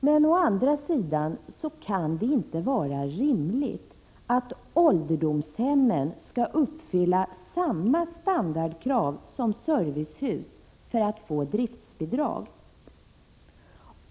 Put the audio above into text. Men å andra sidan kan det inte vara rimligt att ålderdomshemmen skall uppfylla samma standardkrav som servicehus för att få driftsbidrag.